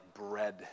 bread